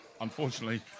Unfortunately